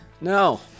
No